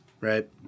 right